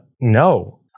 No